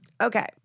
Okay